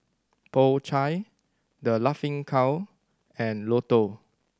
Po Chai The Laughing Cow and Lotto